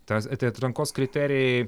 tas tai atrankos kriterijai